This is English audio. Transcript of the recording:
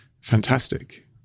fantastic